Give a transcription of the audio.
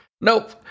Nope